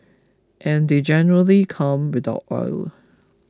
and they generally come without oil